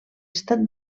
estat